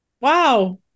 wow